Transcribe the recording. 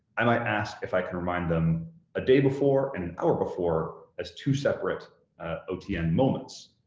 i might ask if i can remind them a day before, an hour before, as two separate otn moments.